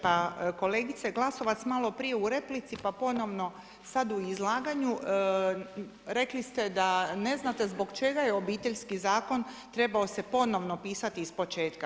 Pa kolegica Glasovac malo prije u replici pa ponovno sad u izlaganju rekli ste da ne znate zbog čega je Obiteljski zakon trebao se ponovno pisati ispočetka.